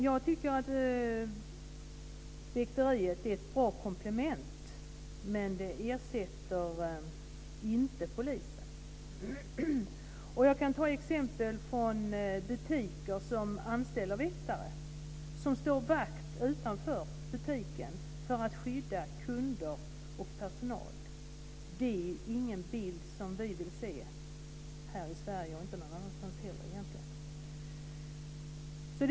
Jag tycker att väkteriet är ett bra komplement, men det ersätter inte polisen. Jag kan nämna exempel från butiker som anställer väktare som står vakt utanför butiken för att skydda kunder och personal. Det är ingen bild som vi vill se här i Sverige - och inte någon annanstans heller.